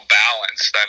balanced